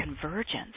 convergence